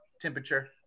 temperature